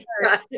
right